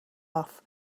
off